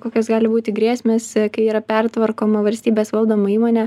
kokios gali būti grėsmės kai yra pertvarkoma valstybės valdoma įmonė